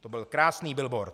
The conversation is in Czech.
To byl krásný billboard.